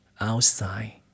outside